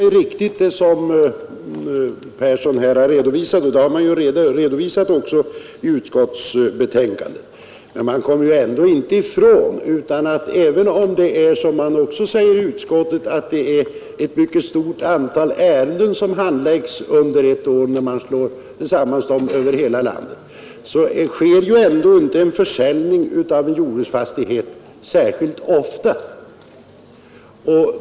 Fru talman! Det som herr Persson i Skänninge framhållit är i och för sig riktigt, och det har också anförts i betänkandet. Men även om, såsom redovisas i betänkandet, sammanlagt över hela landet handläggs ett mycket stort antal ärenden under ett år, är det inte särskilt ofta som en jordbruksfastighet försäljs.